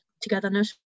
togetherness